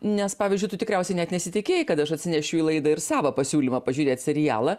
nes pavyzdžiui tu tikriausiai net nesitikėjai kad aš atsinešiu į laidą ir savą pasiūlymą pažiūrėt serialą